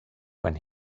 when